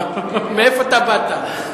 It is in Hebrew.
מאיפה באת?